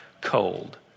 cold